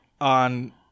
on